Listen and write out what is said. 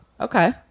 Okay